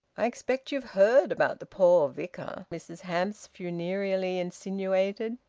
i expect you've heard about the poor vicar, mrs hamps funereally insinuated.